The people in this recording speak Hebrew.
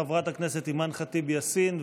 חברת הכנסת אימאן ח'טיב יאסין,